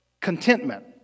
contentment